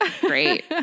Great